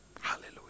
Hallelujah